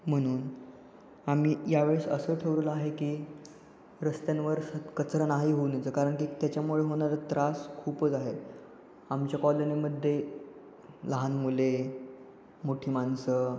म्हणून आम्ही यावेळेस असं ठरवलं आहे की रस्त्यांवर स कचरा नाही होण्याचं कारण की त्याच्यामुळे होणारा त्रास खूपच आहे आमच्या कॉलोनीमध्ये लहान मुले मोठी माणसं